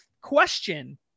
question